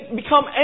become